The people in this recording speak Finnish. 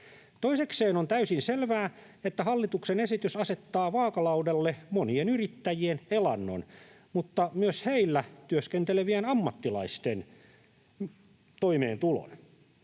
Toisekseen on täysin selvää, että hallituksen esitys asettaa vaakalaudalle monien yrittäjien elannon mutta myös heillä työskentelevien ammattilaisten toimeentulon.